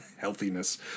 healthiness